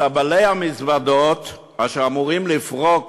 סבלי המזוודות אשר אמורים לפרוק